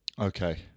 Okay